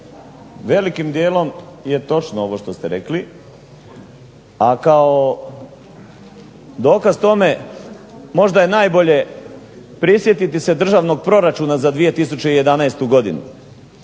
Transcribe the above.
Velikim dijelom je točno ovo što ste rekli, a kao dokaz tome možda je najbolje prisjetiti se državnog proračuna za 2011. godinu,